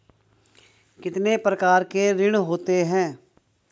कितने प्रकार के ऋण होते हैं?